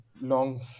Long